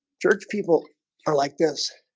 church people are like this